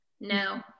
no